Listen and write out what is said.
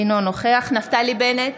אינו נוכח נפתלי בנט,